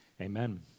amen